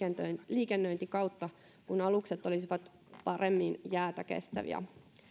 liikennöintikautta kun alukset olisivat paremmin jäätä kestäviä